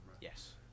Yes